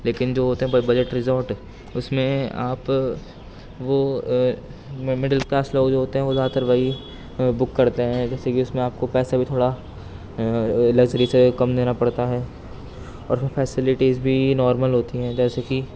لیکن جو وہ ہوتے ہیں بجٹ ریزورٹ اس میں آپ وہ میڈل کلاس لوگ جو ہوتے ہیں وہ زیادہ تر وہی بک کرتے ہیں جیسے کہ اس میں آپ کو پیسے بھی تھوڑا لگژری سے کم دینا پڑتا ہے اور فیسیلیٹیز بھی نارمل ہوتی ہیں جیسے کہ